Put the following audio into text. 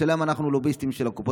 השאלה היא אם אנחנו הלוביסטים של קופות